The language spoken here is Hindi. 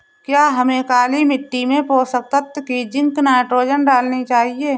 क्या हमें काली मिट्टी में पोषक तत्व की जिंक नाइट्रोजन डालनी चाहिए?